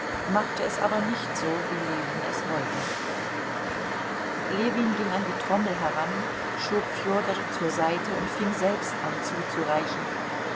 machte es aber nicht so wie ljewin es wollte ljewin ging an die trommel heran schob fjodor zur seite und fing selbst an zuzureichen